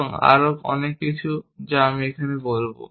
এবং আরও অনেক কিছু যা আমি এখানে বলব